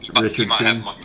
Richardson